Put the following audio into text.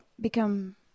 become